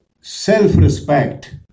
self-respect